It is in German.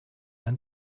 ein